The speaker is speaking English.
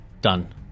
Done